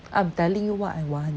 I'm telling you what I want